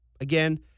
again